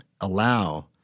allow